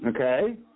Okay